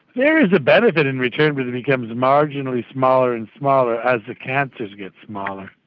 there is a benefit in return but it becomes marginally smaller and smaller as the cancers get smaller.